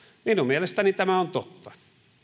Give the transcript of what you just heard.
minun mielestäni tämä on totta